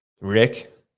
Rick